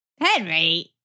Henry